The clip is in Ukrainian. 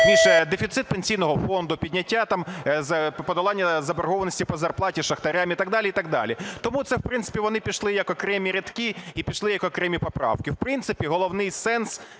дефіцит Пенсійного фонду, підняття там, подолання заборгованості по зарплаті шахтарям і так далі, і так далі. Тому це, в принципі, вони пішли як окремі рядки і пішли як окремі поправки. В принципі, головний сенс